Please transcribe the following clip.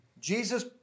Jesus